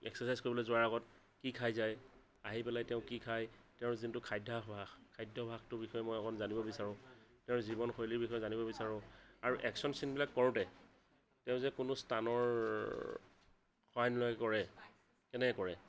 exercise কৰিবলে যোৱাৰ আগত কি খাই যায় আহি পেলাই তেওঁ কি খায় তেওঁৰ যোনটো খাদ্যাভাস খাদ্যাভাসটোৰ বিষয়ে মই অকণ জানিব বিচাৰোঁ তেওঁৰ জীৱন শৈলীৰ বিষয়ে জানিব বিচাৰোঁ আৰু একচন চিন বিলাক কৰোঁতে তেওঁ যে কোনো ষ্টাণ্টৰ সহায় নোলোৱাকৈ কৰে কেনেকে কৰে